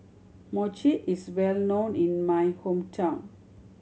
mochi is well known in my hometown